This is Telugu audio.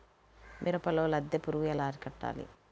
మిరపలో లద్దె పురుగు ఎలా అరికట్టాలి?